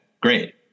great